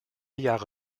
jahre